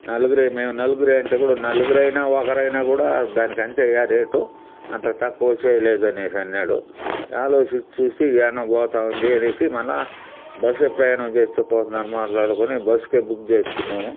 నలుగురే మేము నలుగురే అంటే కూడా నలుగురైనా ఒకరైన కూడా దానికి అంతే అయ్య రేటు అంతకు తక్కువ చేయలేదు అనేసి అన్నాడు ఆలోచించి చూస్తే ఇది యాడనో పోతూవుంది అనేసి మళ్ళా బస్సు ప్రయాణం చేస్తే పోతుంది అని మాట్లాడుకొని బస్కే బుక్ చేసుకున్నాము